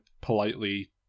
politely